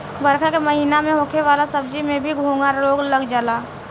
बरखा के महिना में होखे वाला सब्जी में भी घोघा रोग लाग जाला